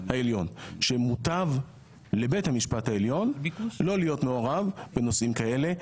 העליון שמוטב לבית המשפט העליון לא להיות מעורב בנושאים כאלה.